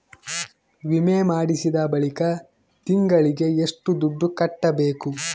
ವಿಮೆ ಮಾಡಿಸಿದ ಬಳಿಕ ತಿಂಗಳಿಗೆ ಎಷ್ಟು ದುಡ್ಡು ಕಟ್ಟಬೇಕು?